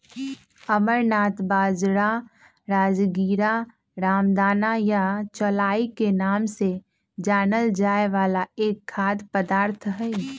amaranth बाजरा, राजगीरा, रामदाना या चौलाई के नाम से जानल जाय वाला एक खाद्य पदार्थ हई